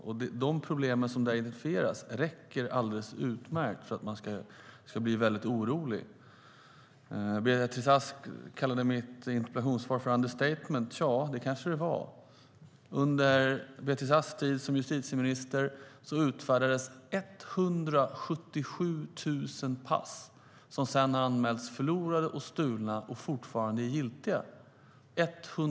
Och de problem som där identifieras räcker alldeles utmärkt för att man ska förbli väldigt orolig. Beatrice Ask kallade mitt interpellationssvar för ett understatement. Ja, det kanske det var. Under Beatrice Asks tid som justitieminister utfärdades 177 000 pass som sedan anmäldes som förlorade eller stulna och som fortfarande är giltiga.